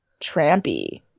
trampy